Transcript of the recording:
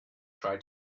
try